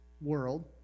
world